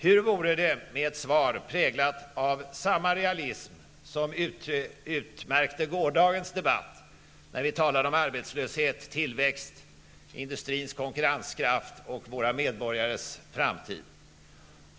Hur vore det med ett svar präglat av samma realism som utmärkte gårdagens debatt, när vi talade om arbetslöshet, tillväxt, industrins konkurrenskraft och våra medborgares framtid?